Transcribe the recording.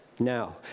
Now